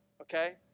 okay